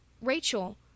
Rachel